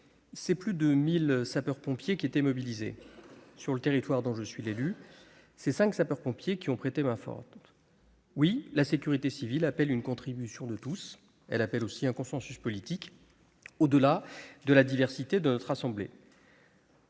Var, plus de 1 000 sapeurs-pompiers ont été mobilisés. Dans le territoire dont je suis l'élu, cinq sapeurs-pompiers ont prêté main-forte. Oui, la sécurité civile appelle une contribution de tous ! Elle appelle aussi un consensus politique, au-delà de la diversité de notre assemblée.